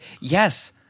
yes